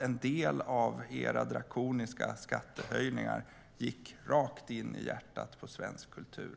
En del av regeringens drakoniska skattehöjningar gick alltså rakt in i hjärtat på svensk kultur.